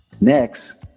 Next